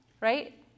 right